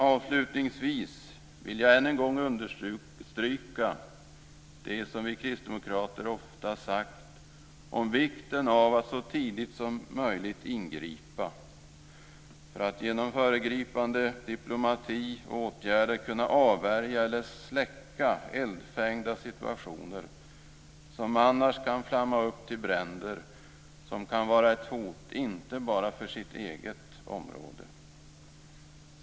Avslutningsvis vill jag än en gång understryka det som vi kristdemokrater ofta har sagt om vikten av att så tidigt som möjligt ingripa för att genom föregripande diplomati och åtgärder kunna avvärja eller släcka eldfängda situationer som annars kan flamma upp till bränder som kan vara ett hot, inte bara för sitt eget område.